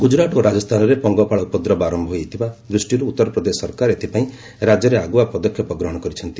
ଗୁଜରାଟ ଓ ରାଜସ୍ଥାନରେ ପଙ୍ଗପାଳ ଉପଦ୍ରବ ଆରମ୍ଭ ହୋଇଯାଇଥିବା ଦୃଷ୍ଟିରୁ ଉତ୍ତରପ୍ରଦେଶ ସରକାର ଏଥିପାଇଁ ରାଜ୍ୟରେ ଆଗୁଆ ପଦକ୍ଷେପ ଗ୍ରହଣ କରିଛନ୍ତି